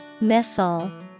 Missile